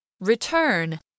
Return